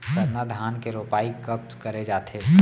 सरना धान के रोपाई कब करे जाथे?